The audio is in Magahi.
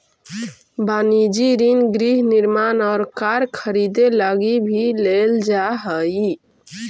वनिजी ऋण गृह निर्माण और कार खरीदे लगी भी लेल जा हई